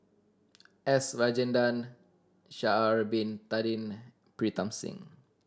S Rajendran Sha'ari Bin Tadin Pritam Singh